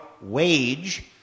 wage